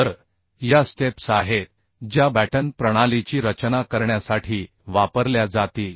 तर यास्टेप्स आहेत ज्या बॅटन प्रणालीची रचना करण्यासाठी वापरल्या जातील